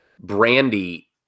Brandy